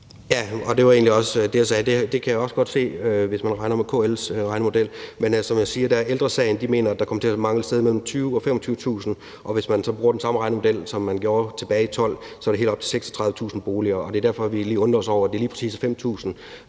Ja, og det var egentlig også det, jeg sagde. Det kan jeg også godt se, hvis jeg regner med KL's regnemodel. Men som jeg siger, mener Ældre Sagen, at der kommer til at mangle et sted mellem 20.000 og 25.000, og hvis man så bruger den samme regnemodel, som man gjorde tilbage i 2012, er det helt op mod 36.000 boliger. Det er derfor, vi undrer os over, at det lige præcis er 5.000.